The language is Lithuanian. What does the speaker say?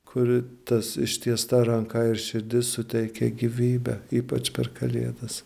kur tas ištiesta ranka ir širdis suteikia gyvybę ypač per kalėdas